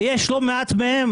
ולא מעט מהם